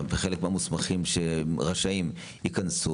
ושחלק מהמוסמכים שרשאים ייכנסו.